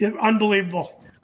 unbelievable